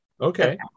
Okay